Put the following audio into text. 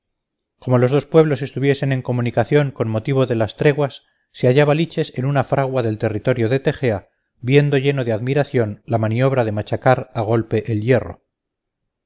como los dos pueblos estuviesen en comunicación con motivo de las treguas se hallaba liches en una fragua del territorio de tegea viendo lleno de admiración la maniobra de machacar a golpe el hierro